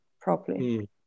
properly